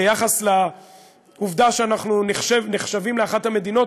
ביחס לעובדה שאנחנו נחשבים לאחת המדינות